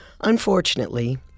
Unfortunately